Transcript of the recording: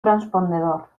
transpondedor